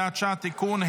הוראת שעה) (תיקון),